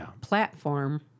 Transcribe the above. platform